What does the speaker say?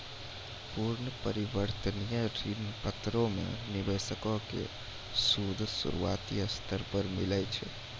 पूर्ण परिवर्तनीय ऋण पत्रो मे निवेशको के सूद शुरुआती स्तर पे मिलै छै